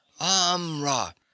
Amra